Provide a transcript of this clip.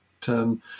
term